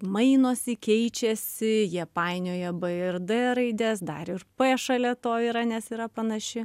mainosi keičiasi jie painioja b ir d raides dar ir p šalia to yra nes yra panaši